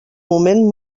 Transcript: moment